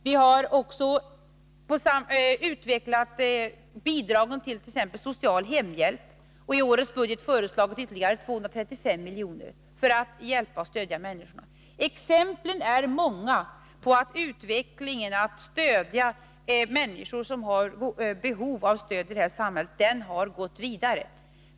Vi har också utvecklat bidragen för t.ex. social hemhjälp, och när det gäller årets budget har vi föreslagit ytterligare 235 miljoner för att hjälpa och stödja människorna. Exemplen på att utvecklingen har gått vidare när det gäller att stödja människor som har behov av stöd i det här samhället är många.